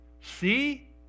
see